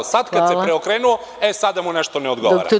Sada kada se preokrenulo, e, sada mu nešto ne odgovara.